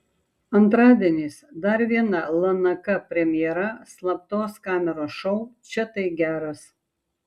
antradieniais dar viena lnk premjera slaptos kameros šou čia tai geras